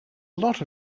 lot